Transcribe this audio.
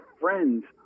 friends